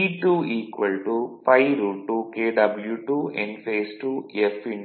E2 2 Kw2 Nph2 f ∅r